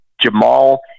Jamal